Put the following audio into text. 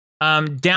Down